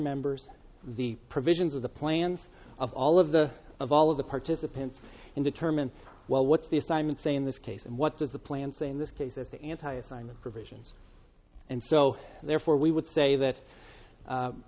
members the provisions of the plans of all of the of all of the participants and determine well what's the assignment say in this case and what does the plan say in this case that the anti assignment provisions and so therefore we would say that